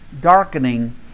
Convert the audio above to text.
darkening